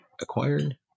acquired